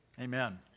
Amen